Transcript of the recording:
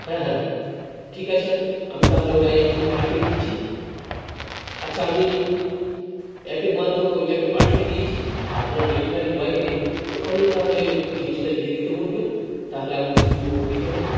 হ্যাঁ হ্যাঁ ঠিক আছে আমি তাহলে ওটাই এক্ষুণি পাঠিয়ে দিচ্ছি আচ্ছা আমি অ্যাপের মাধ্যমে ওটাকে পাঠিয়ে দিয়েছি আপনার ডেলিভারি বয়কে ওখানেই তাহলে জিনিসটা দিয়ে দিতে বলবেন তাহলে আমি খুবই উপকৃত হব